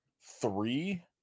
three